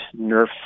nerf